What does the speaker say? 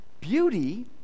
beauty